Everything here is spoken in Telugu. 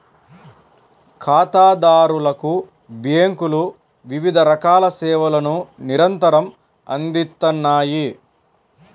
ఖాతాదారులకు బ్యేంకులు వివిధ రకాల సేవలను నిరంతరం అందిత్తన్నాయి